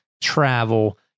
travel